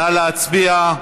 נא להצביע.